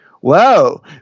whoa